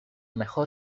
mejor